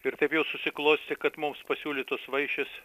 ir taip jau susiklostė kad mums pasiūlytos vaišės